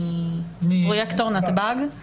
פרויקטור נתב"ג.